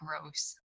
gross